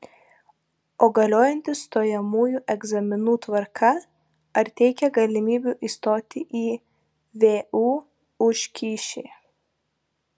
o galiojanti stojamųjų egzaminų tvarka ar teikia galimybių įstoti į vu už kyšį